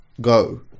go